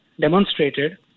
demonstrated